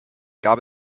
gab